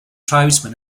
tribesmen